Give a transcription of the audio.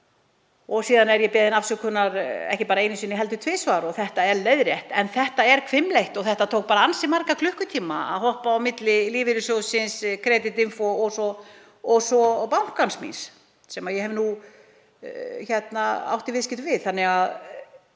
Síðan var ég beðin afsökunar, ekki bara einu sinni heldur tvisvar, og þetta leiðrétt. En þetta er hvimleitt og það tók bara ansi marga klukkutíma að hoppa á milli lífeyrissjóðsins, Creditinfo og svo bankans sem ég hef átt í viðskiptum við. Það